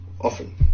often